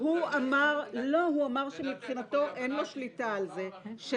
- -והוא אמר שמבחינתו אין לו שליטה על זה -- לדעתי,